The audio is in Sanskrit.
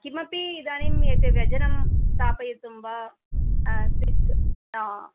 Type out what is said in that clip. किमपि इदानीम् एते व्यजनं स्थापयितुं वा स्विच् ओ